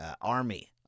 army